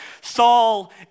Saul